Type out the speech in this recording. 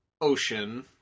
ocean